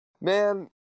man